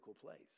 place